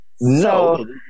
No